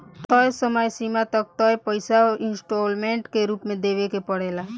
तय समय सीमा तक तय पइसा इंस्टॉलमेंट के रूप में देवे के पड़ेला